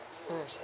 mm